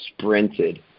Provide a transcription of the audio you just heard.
sprinted